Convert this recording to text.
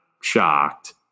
shocked